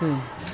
हं